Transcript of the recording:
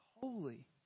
holy